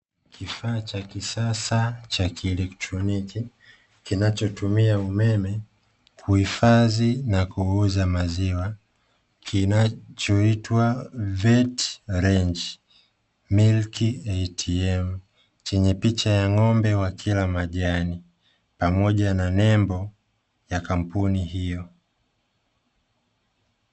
Kifaa cha kisasa cha kielektroniki kinachotumia umeme kuhifadhi na kuuza maziwa kinachoitwa "VET-RANGE MILK ATM" chenye picha ya ng'ombe wakila majani pamoja na nembo ya kampuni hiyo.